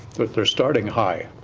but they are starting high.